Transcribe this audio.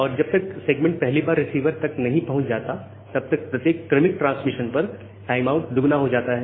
और जब तक सेगमेंट पहली बार रिसीवर तक पहुंच नहीं जाता तब तक प्रत्येक क्रमिक ट्रांसमिशन पर टाइम आउट दुगना हो जाता है